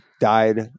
died